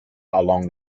along